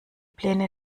pläne